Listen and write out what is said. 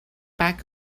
pack